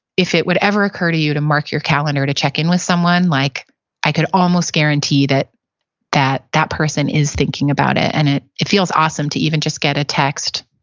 if it would every occur to you to mark your calendar to check in with someone, like i can almost guarantee that that that person is thinking about it, and it it feels awesome to even just get a text.